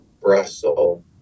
Brussels